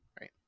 right